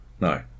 No